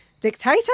Dictator